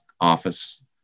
office